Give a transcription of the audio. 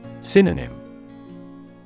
Synonym